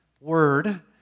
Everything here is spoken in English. Word